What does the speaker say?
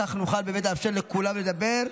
כאן נוכל, באמת, לאפשר לכולם לדבר.